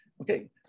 Okay